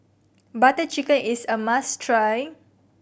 Butter Chicken is a must try